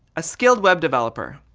a skilled web developer.